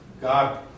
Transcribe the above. God